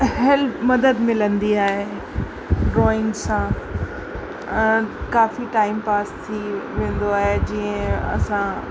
help मदद मिलंदी आहे ड्रॉइंग सां काफ़ी टाइम पास थी वेंदो आहे जीअं असां